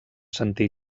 sentí